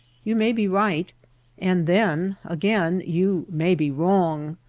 you may be right and then again you may be wrong.